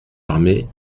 armées